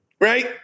Right